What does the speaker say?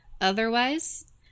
Otherwise